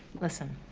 listen,